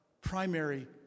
primary